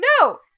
no